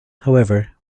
however